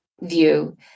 view